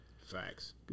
facts